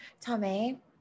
tommy